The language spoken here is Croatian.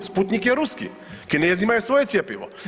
Sputnik je Ruski, Kinezi imaju svoje cjepivo.